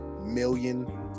million